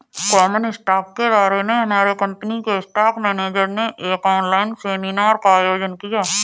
common stock के बारे में हमारे कंपनी के स्टॉक मेनेजर ने एक ऑनलाइन सेमीनार का आयोजन किया